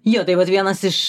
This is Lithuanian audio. jo tai vat vienas iš